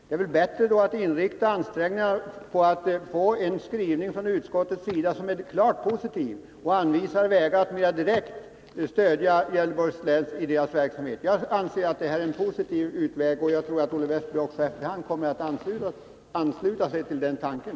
Det är väl bättre att inrikta ansträngningarna på att få en skrivning från utskottets sida som är klart positiv och mera direkt anvisar vägar för att stödja Gävleborgs län. Jag anser att utskottets förslag är en positiv utväg, och jag tror att Olle Westberg efter hand också kommer att ansluta sig till den tanken.